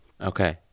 Okay